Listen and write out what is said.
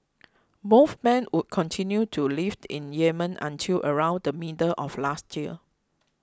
both men would continue to live in Yemen until around the middle of last year